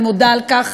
ואני מודה על כך,